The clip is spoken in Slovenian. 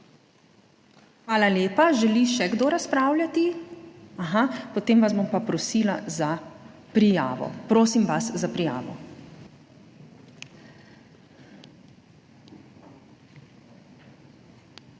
Hvala lepa. Želi še kdo razpravljati? Aha, potem vas bom pa prosila za prijavo. Prosim vas za prijavo.